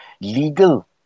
legal